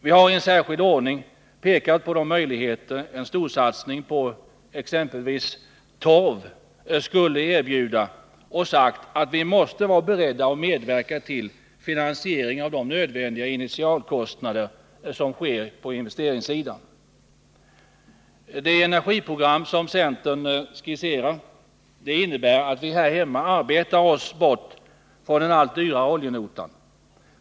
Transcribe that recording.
Vi har i särskild ordning pekat på de möjligheter en storsatsning på exempelvis torv skulle erbjuda och sagt att vi måste vara beredda att medverka till finansiering av de nödvändiga investeringarna i initialskedet. Det energiprogram som centern skisserar innebär att vi här hemma arbetar oss bort från den allt dyrare oljenotan.